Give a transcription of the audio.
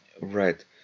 Right